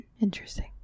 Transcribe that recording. Interesting